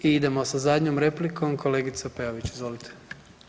I idemo sa zadnjom replikom kolegica Peović, izvolite.